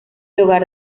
hogar